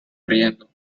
riendo